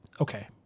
okay